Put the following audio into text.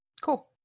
Cool